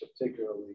particularly